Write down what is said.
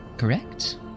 correct